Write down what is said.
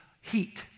heat